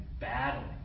battling